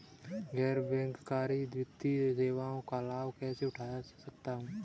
गैर बैंककारी वित्तीय सेवाओं का लाभ कैसे उठा सकता हूँ?